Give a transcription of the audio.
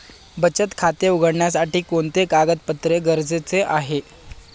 बचत खाते उघडण्यासाठी कोणते कागदपत्रे गरजेचे आहे?